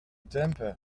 temper